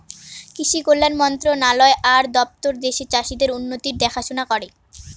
কৃষি কল্যাণ মন্ত্রণালয় আর দপ্তর দেশের চাষীদের উন্নতির দেখাশোনা করে